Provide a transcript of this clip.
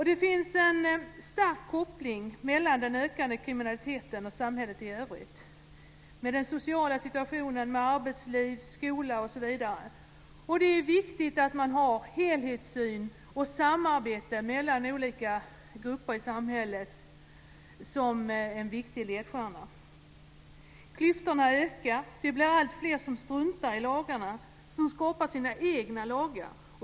Det finns en stark koppling mellan den ökande kriminaliteten och samhället i övrigt, den sociala situationen, arbetsliv, skola osv. Det är viktigt att man har en helhetssyn och samarbete mellan olika grupper i samhället som en viktig ledstjärna. Klyftorna ökar. Det blir alltfler som struntar i lagarna och skapar sina egna lagar.